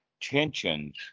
tensions